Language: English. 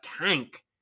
tank